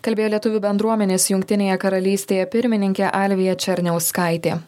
kalbėjo lietuvių bendruomenės jungtinėje karalystėje pirmininkė alvija černiauskaitė